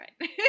right